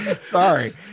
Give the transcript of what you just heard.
sorry